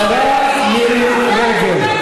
השרה מירי רגב,